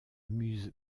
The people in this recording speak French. muse